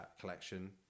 collection